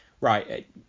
right